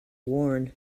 worn